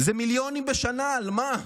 זה מיליונים בשנה, על מה?